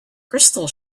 crystal